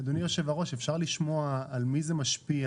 אדוני היושב ראש, אפשר לשמוע על מי זה משפיע.